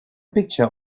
picture